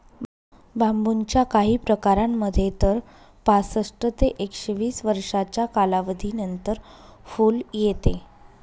बांबूच्या काही प्रकारांमध्ये तर पासष्ट ते एकशे वीस वर्षांच्या कालावधीनंतर फुल येते